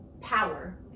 power